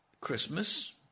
Christmas